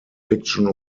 fiction